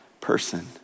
person